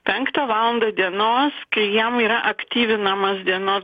penktą valandą dienos kai jam yra aktyvinamas dienos